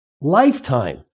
Lifetime